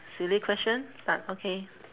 silly question but okay